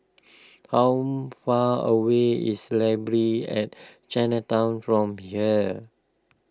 how far away is Library at Chinatown from here